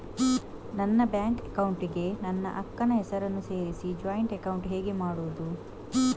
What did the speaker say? ನನ್ನ bank account ಗೆ ನನ್ನ ಅಕ್ಕ ನ ಹೆಸರನ್ನ ಸೇರಿಸಿ ಜಾಯಿನ್ ಅಕೌಂಟ್ ಹೇಗೆ ಮಾಡುದು?